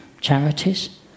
charities